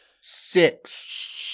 Six